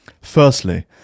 Firstly